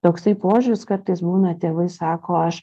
toksai požiūris kartais būna tėvai sako aš